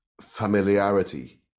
familiarity